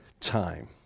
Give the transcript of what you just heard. time